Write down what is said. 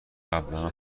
قبلنا